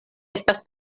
estas